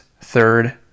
third